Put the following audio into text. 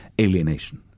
alienation